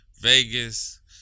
Vegas